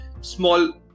small